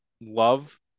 love